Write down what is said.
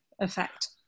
effect